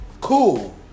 cool